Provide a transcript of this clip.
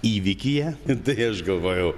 įvykyje tai aš galvojau